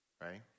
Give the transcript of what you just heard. right